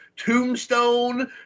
Tombstone